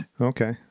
Okay